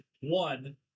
One